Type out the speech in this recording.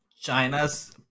China's